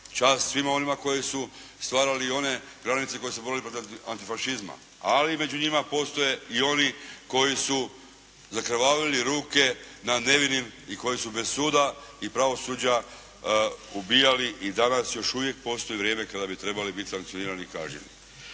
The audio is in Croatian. Čast svima onima koji su stvarali one granice koje se bore protiv antifašizma, ali među njima postoje i oni koji su zakrvavili ruke na nevinim i koji su bez suda i pravosuđa ubijali i danas još uvijek postoji vrijeme kada bi trebali biti sankcionirani i kažnjeni.